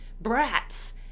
brats